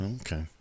Okay